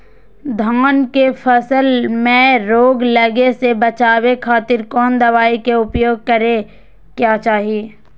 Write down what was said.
धान के फसल मैं रोग लगे से बचावे खातिर कौन दवाई के उपयोग करें क्या चाहि?